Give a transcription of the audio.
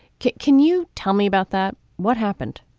can can you tell me about that. what happened.